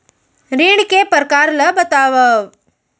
ऋण के परकार ल बतावव?